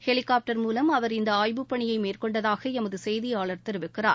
helicopter மூலம் அவர் இந்த ஆய்வுப் பணியை மேற்கொண்டதாக எமது செய்தியாளர் தெரிவிக்கிறார்